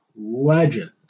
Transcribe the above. legend